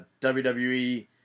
WWE